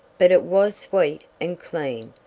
but it was sweet and clean,